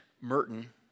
Merton